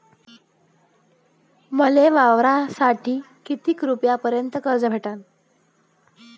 मले वावरासाठी किती रुपयापर्यंत कर्ज भेटन?